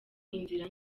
inzira